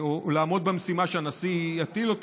לעמוד במשימה שהנשיא הטיל עליו,